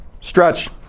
Stretch